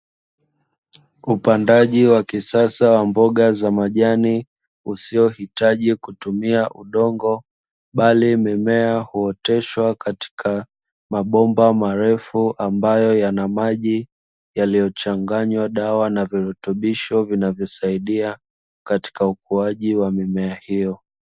Upandaji wa kisasa wa mboga za majani usio hitaji kutumia udongo, Bali mimea huoteshwa katika mabomba marefu ambayo yana maji, yaliyo changanywa dawa na virutubisho vinavyo saidia katika ukuaji wa mimea hiyo.